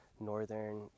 northern